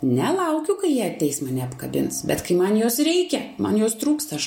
nelaukiu kai jie ateis mane apkabins bet kai man jos reikia man jos trūksta aš